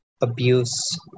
abuse